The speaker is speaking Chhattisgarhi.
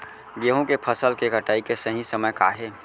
गेहूँ के फसल के कटाई के सही समय का हे?